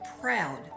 proud